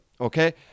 okay